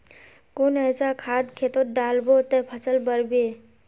कुन ऐसा खाद खेतोत डालबो ते फसल बढ़बे?